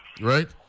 right